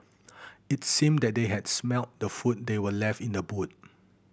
it seemed that they had smelt the food that were left in the boot